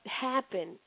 happen